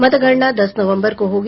मतगणना दस नवम्बर को होगी